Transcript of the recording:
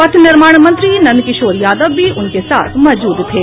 पथ निर्माण मंत्री नंद किशोर यादव भी उनके साथ मौजूद थे